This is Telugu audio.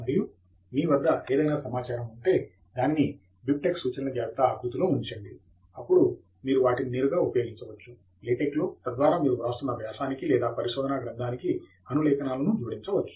మరియు మీ వద్ద ఏదైనా సమాచారము ఉంటే దానిని బిబ్ టెక్ సూచనల జాబితా ఆకృతిలో ఉంచండి అప్పుడు మీరు వాటిని నేరుగా ఉపయోగించవచ్చు లేటెక్ లో తద్వారా మీరు వ్రాస్తున్న వ్యాసానికి లేదా పరిశోధనా గ్రంధానికి అనులేఖనాలను జోడించవచ్చు